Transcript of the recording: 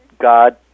God